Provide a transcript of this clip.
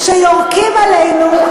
כשיורקים עלינו,